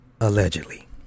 Allegedly